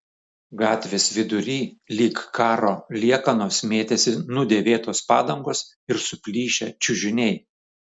gatvės vidury lyg karo liekanos mėtėsi nudėvėtos padangos ir suplyšę čiužiniai